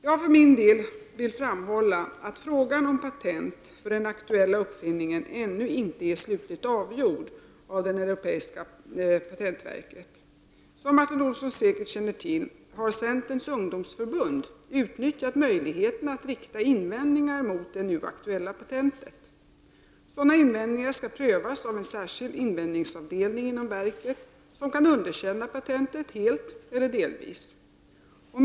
Jag vill för min del framhålla att frågan om patent för den aktuella uppfinningen ännu inte är slutligt avgjord av det europeiska patentverket. Som Martin Olsson säkert känner till, har Centerns ungdomsförbund utnyttjat möjligheten att rikta invändningar mot det nu aktuella patentet. Sådana invändningar skall prövas av en särskild invändningsavdelning inom verket, som kan underkänna patentet helt eller delvis.